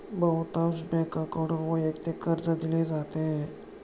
बहुतांश बँकांकडून वैयक्तिक कर्ज दिले जाते